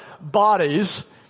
bodies